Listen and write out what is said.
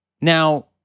Now